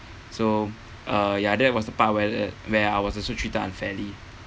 so uh ya that was the part where where I was also treated unfairly